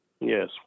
Yes